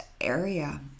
area